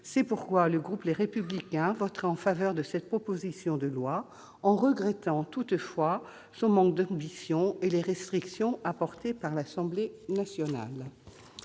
C'est pourquoi le groupe Les Républicains votera en faveur de cette proposition de loi, en regrettant toutefois son manque d'ambition et les restrictions apportées par l'Assemblée nationale.